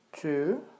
two